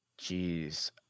jeez